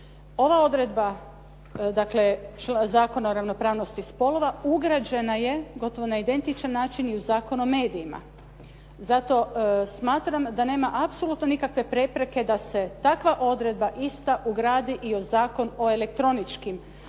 Ova odredba dakle Zakona o ravnopravnosti spolova ugrađena je gotovo na identičan način i u Zakon o medijima. Zato smatram da nema apsolutno nikakve prepreke da se takva odredba ista ugradi i u Zakon o elektroničkim